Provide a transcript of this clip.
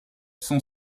sont